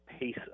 pace